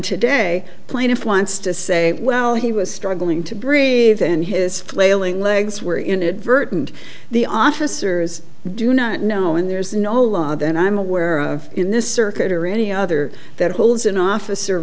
today plaintiff wants to say well he was struggling to breathe and his flailing legs were inadvertent the officers do not know and there's no law that i'm aware of in this circuit or any other that holds an officer re